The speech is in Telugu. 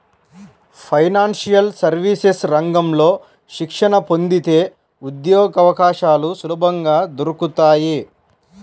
ఫైనాన్షియల్ సర్వీసెస్ రంగంలో శిక్షణ పొందితే ఉద్యోగవకాశాలు సులభంగా దొరుకుతాయి